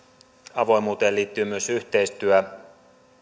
avoimuuteen liittyy myös yhteistyö